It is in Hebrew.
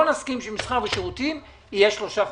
לא נסכים שלמסחר ושירותים יהיה שלושה חודשים.